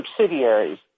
subsidiaries